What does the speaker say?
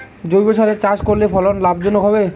জৈবসারে চাষ করলে ফলন লাভজনক হবে?